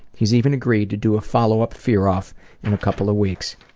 he's even agreed to do a follow-up fear-off in a couple of weeks.